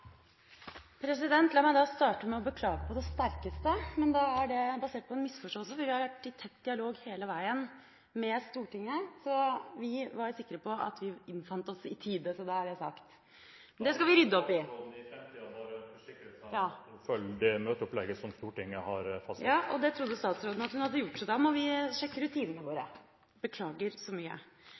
President, la meg starte med å beklage på det sterkeste, men det er basert på en misforståelse, for vi har vært i tett dialog med Stortinget hele veien og var sikre på at vi innfant oss i tide. Da er det sagt. Det skal vi rydde opp i. Da må statsråden i framtiden bare forsikre seg om at hun følger det møteopplegget som Stortinget har fastsatt. Ja, og det trodde statsråden hun hadde gjort, så da må vi sjekke rutinene våre. Beklager så mye.